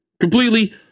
completely